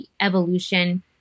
evolution